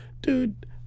Dude